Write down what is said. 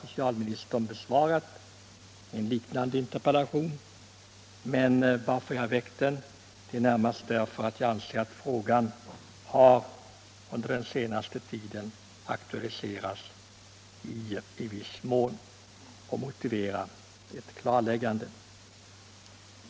Men anledningen till att jag nu på nytt har framställt en interpellation i denna fråga är närmast att jag anser att frågan under senaste tiden i viss mån har aktualiserats och motiverat ett klarläggande.